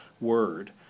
word